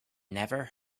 never